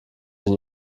den